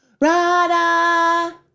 Rada